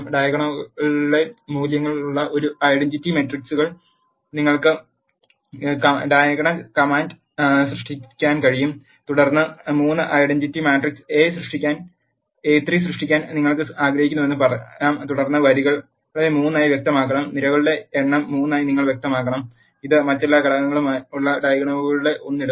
ഡയഗോണലുകളിലെ മൂല്യങ്ങളുള്ള ഒരു ഐഡന്റിറ്റി മെട്രിക്സുകൾ നിങ്ങൾക്ക് ഡയഗ് കമാൻഡിൽ സൃഷ്ടിക്കാൻ കഴിയും തുടർന്ന് 3 ഐഡന്റിറ്റി മാട്രിക്സ് എ 3 സൃഷ്ടിക്കാൻ നിങ്ങൾ ആഗ്രഹിക്കുന്നുവെന്ന് പറയാം തുടർന്ന് വരികളെ 3 ആയി വ്യക്തമാക്കണം നിരകളുടെ എണ്ണം 3 ആയി നിങ്ങൾ വ്യക്തമാക്കണം ഇത് മറ്റെല്ലാ ഘടകങ്ങളുമുള്ള ഡയഗോണലുകളിൽ 1 ഇടും